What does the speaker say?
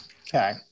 Okay